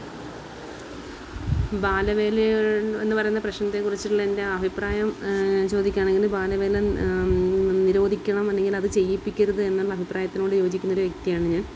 ബാലവേലയെ എന്ന് പറയുന്ന പ്രശ്നത്തെക്കുറിച്ചുള്ള എൻ്റെ അഭിപ്രായം ചോദിക്കുകയാണെങ്കിൽ ബാലവേല നിരോധിക്കണം അല്ലങ്കിലത് ചെയ്യിപ്പിക്കരുത് എന്നുള്ള അഭിപ്രായത്തിനോട് യോജിക്കുന്നൊരു വ്യക്തിയാണ് ഞാൻ